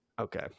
Okay